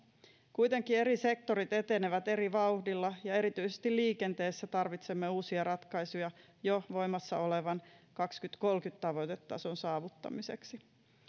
kuitenkin eri sektorit etenevät eri vauhdilla ja erityisesti liikenteessä tarvitsemme uusia ratkaisuja jo voimassa olevan kaksituhattakolmekymmentä tavoitetason saavuttamiseksi